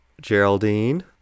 geraldine